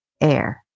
air